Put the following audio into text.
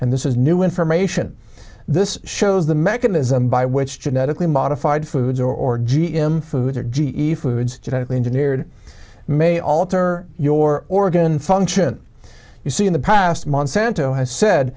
and this is new information this shows the mechanism by which genetically modified foods or g m foods or g e foods genetically engineered may alter your organ function you see in the past monsanto has said